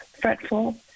fretful